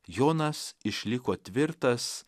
jonas išliko tvirtas